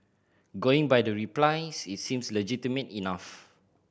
going by the replies it seems legitimate enough